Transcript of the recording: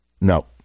No